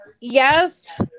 yes